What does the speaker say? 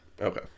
Okay